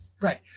Right